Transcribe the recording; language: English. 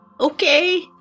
Okay